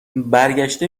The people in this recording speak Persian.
برگشته